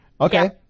Okay